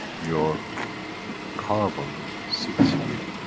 your carbon sits here.